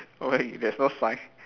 !oi! there's no sign